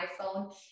iPhone